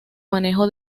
manejo